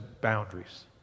boundaries